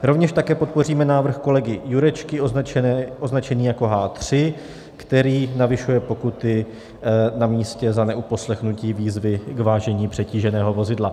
Rovněž také podpoříme návrh kolegy Jurečky označený jako H3, který navyšuje pokuty na místě za neuposlechnutí výzvy k vážení přetíženého vozidla.